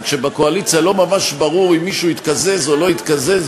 כשבקואליציה לא ממש ברור אם מישהו התקזז או לא התקזז